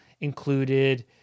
included